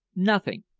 nothing.